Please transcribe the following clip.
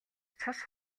цус